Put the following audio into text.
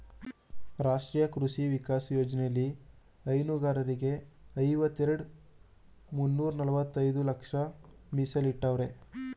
ರಾಷ್ಟ್ರೀಯ ಕೃಷಿ ವಿಕಾಸ ಯೋಜ್ನೆಲಿ ಹೈನುಗಾರರಿಗೆ ಐವತ್ತೆರೆಡ್ ಮುನ್ನೂರ್ನಲವತ್ತೈದು ಲಕ್ಷ ಮೀಸಲಿಟ್ಟವ್ರೆ